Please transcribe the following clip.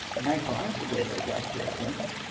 the magpies, aware no doubt of their advan tage,